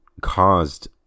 caused